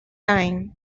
time